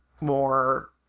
more